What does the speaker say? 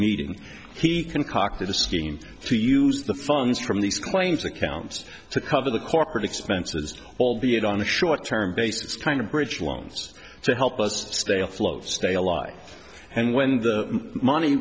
meeting he concocted a scheme to use the funds from these claims accounts to cover the corporate expenses albeit on a short term basis kind of bridge loans to help us stay afloat stay alive and when the money